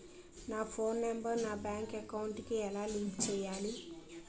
నా phone number నా bank account కి ఎలా లింక్ చేయాలి?